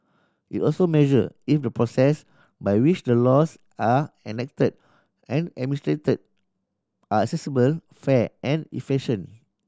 it also measure if the process by which the laws are enacted and administered are accessible fair and efficient